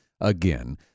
again